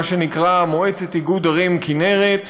מה שנקרא מועצת איגוד ערים כינרת,